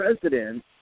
president